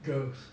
girls